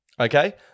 okay